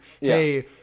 hey